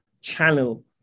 channel